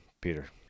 Peter